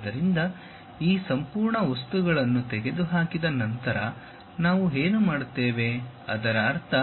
ಆದ್ದರಿಂದ ಈ ಸಂಪೂರ್ಣ ವಸ್ತುಗಳನ್ನು ತೆಗೆದುಹಾಕಿದ ನಂತರ ನಾವು ಏನು ಮಾಡುತ್ತೇವೆ ಅದರ ಅರ್ಥ